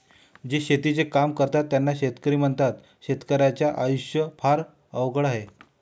जे शेतीचे काम करतात त्यांना शेतकरी म्हणतात, शेतकर्याच्या आयुष्य फारच अवघड आहे